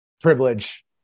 privilege